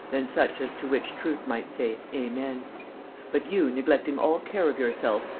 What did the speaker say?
than such as to which truth might say amen but you, neglecting all care of yourself,